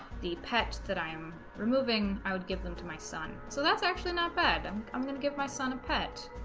the pet that i am removing i would give them to my son so that's actually not bad i'm gonna give my son a pet